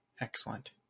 Excellent